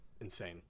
insane